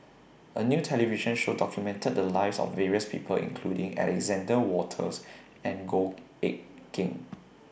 A New television Show documented The Lives of various People including Alexander Wolters and Goh Eck Kheng